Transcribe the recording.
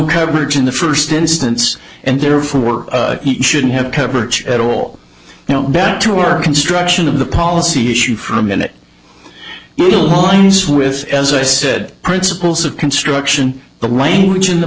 coverage in the first instance and therefore he shouldn't have coverage at all you know better to our construction of the policy issue for a minute in the lines with as i said principles of construction the language in the